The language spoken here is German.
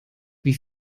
wie